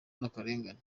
n’akarengane